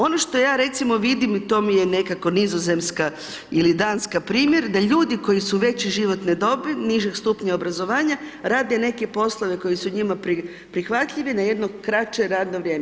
Ono što ja recimo vidim, to mi je nekako Nizozemska ili Danska primjer, da ljudi koji su veće životne dobi, nižeg stupnja obrazovanja, rade neke poslove koji su njima prihvatljivi, na jedno kraće radno vrijeme.